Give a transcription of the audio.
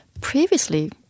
previously